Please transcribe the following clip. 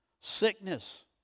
sickness